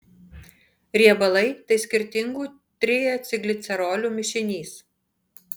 riebalai tai skirtingų triacilglicerolių mišinys